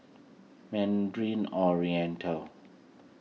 Mandarin Oriental